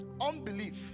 unbelief